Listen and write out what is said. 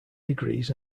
degrees